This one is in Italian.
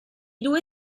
due